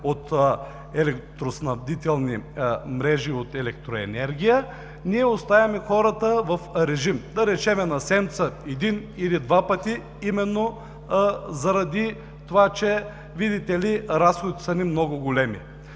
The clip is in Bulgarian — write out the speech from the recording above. от електроснабдителни мрежи, от електроенергия, ние оставяме хората в режим – да речем на седмица един или два пъти, именно заради това, че видите ли, разходите са ни много големи.